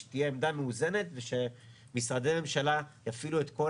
שתהיה עמדה מאוזנת ושמשרדי ממשלה יפעילו את כל